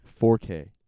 4K